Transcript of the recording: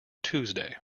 tuesday